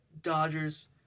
Dodgers